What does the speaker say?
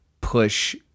push